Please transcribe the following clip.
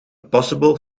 possible